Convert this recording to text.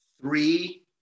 Three